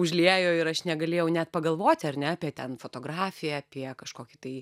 užliejo ir aš negalėjau net pagalvoti ar ne apie ten fotografiją apie kažkokį tai